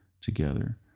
together